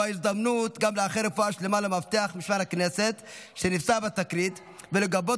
זו ההזדמנות גם לאחל רפואה שלמה למאבטח משמר הכנסת שנפצע בתקרית ולגבות